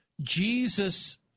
Jesus